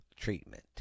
treatment